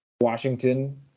Washington